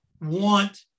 want